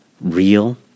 real